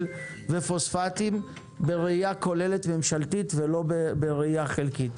ופוספטים בראייה כוללת ממשלתית ולא בראייה חלקית.